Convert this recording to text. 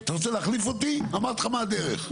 אתה רוצה להחליף אותי אמרתי לך מה הדרך.